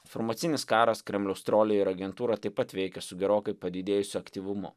informacinis karas kremliaus troliai ir agentūra taip pat veikia su gerokai padidėjusiu aktyvumu